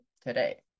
today